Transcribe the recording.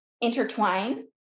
intertwine